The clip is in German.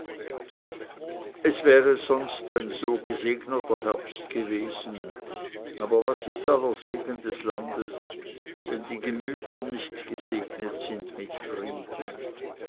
es wäre sonst ein so gesegneter herbst gewesen aber was ist aller segen des landes wenn die gemüter nicht gesegnet sind mit frieden